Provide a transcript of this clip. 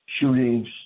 shootings